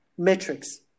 Metrics